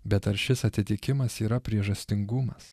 bet ar šis atitikimas yra priežastingumas